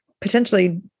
potentially